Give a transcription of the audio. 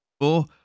Four